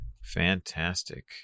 Fantastic